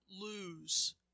lose